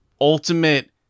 ultimate